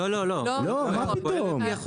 לא מה פתאום.